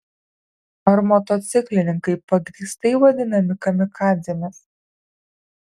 ar motociklininkai pagrįstai vadinami kamikadzėmis